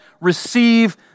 receive